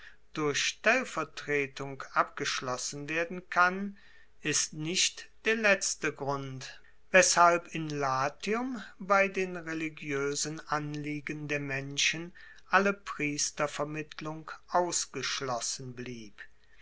durch stellvertretung abgeschlossen werden kann ist nicht der letzte grund weshalb in latium bei den religioesen anliegen der menschen alle priestervermittlung ausgeschlossen blieb